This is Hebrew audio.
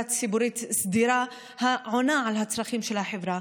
ציבורית סדירה העונה על הצרכים של החברה.